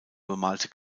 bemalte